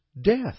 death